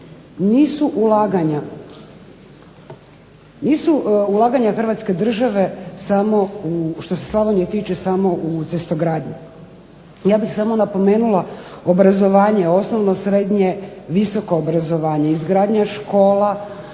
nisu ulaganja Hrvatske države što se Slavonije tiče samo u cestogradnji. Ja bih samo napomenula obrazovanje, osnovno, srednje, visoko obrazovanje, izgradnja škola,